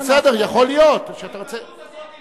על דבר רציני ביותר שאמרת פה.